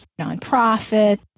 nonprofit